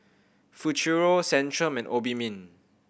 Futuro Centrum and Obimin